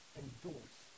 endorse